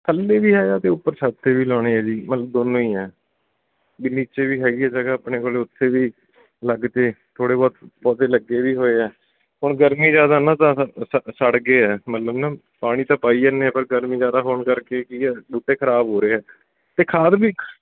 ਥੱਲੇ ਵੀ ਹੈਗਾ ਅਤੇ ਉੱਪਰ ਛੱਤ 'ਤੇ ਵੀ ਲਗਾਉਣੇ ਆ ਜੀ ਮਤਲਬ ਦੋਨੋਂ ਹੀ ਹੈ ਵੀ ਨੀਚੇ ਵੀ ਹੈਗੀ ਆ ਜਗ੍ਹਾ ਆਪਣੇ ਕੋਲ ਉੱਤੇ ਵੀ ਲੱਗਦੇ ਥੋੜ੍ਹੇ ਬਹੁਤ ਪੌਦੇ ਲੱਗੇ ਵੀ ਹੋਏ ਆ ਹੁਣ ਗਰਮੀ ਜ਼ਿਆਦਾ ਨਾ ਤਾਂ ਸੜ ਗਏ ਆ ਮਤਲਬ ਨਾ ਪਾਣੀ ਤਾਂ ਪਾਈ ਜਾਂਦੇ ਹਾਂ ਪਰ ਗਰਮੀ ਜ਼ਿਆਦਾ ਹੋਣ ਕਰਕੇ ਕੀ ਆ ਬੂਟੇ ਖਰਾਬ ਹੋ ਰਹੇ ਆ ਅਤੇ ਖਾਦ ਵੀ